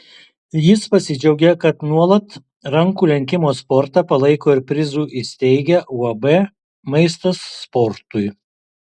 jis pasidžiaugė kad nuolat rankų lenkimo sportą palaiko ir prizų įsteigia uab maistas sportui